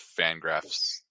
Fangraphs